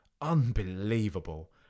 unbelievable